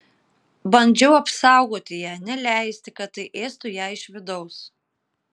bandžiau apsaugoti ją neleisti kad tai ėstų ją iš vidaus